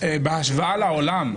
בהשוואה לעולם,